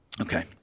Okay